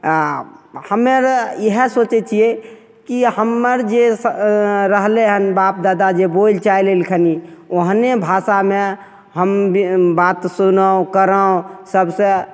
आ हम आर इएह सोचै छियै की हमर जे रहलै हन बाप दादा जे बोलि चालि एलखनि ओहने भाषामे हम बात सुनौं करौं सबसे